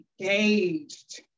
engaged